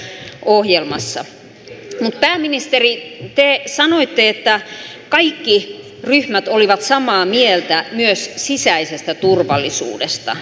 mutta pääministeri te sanoitte että kaikki ryhmät olivat samaa mieltä myös sisäisestä turvallisuudesta